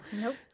Nope